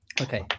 Okay